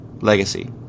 legacy